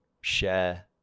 share